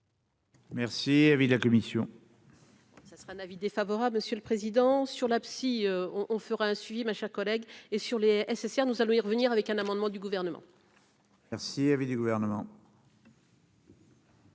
Merci, avis de la commission. Ce sera un avis défavorable, monsieur le Président sur la psy on on fera un suivi ma chère collègue et sur les SSR, nous allons-y revenir avec un amendement du gouvernement. Merci, avis du gouvernement.